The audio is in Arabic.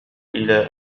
إلى